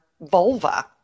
vulva